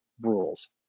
rules